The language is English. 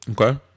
Okay